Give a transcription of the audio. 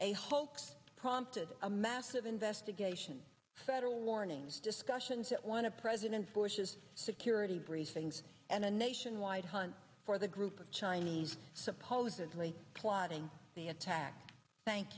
a hoax prompted a massive investigation federal warnings discussions at one of president bush's security briefings and a nationwide hunt for the group of chinese supposedly plotting the attack thank